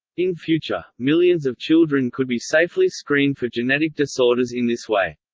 in future, millions of children could be safely screened for genetic disorders in this way.